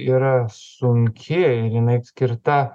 yra sunki ir jinai skirta